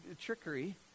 trickery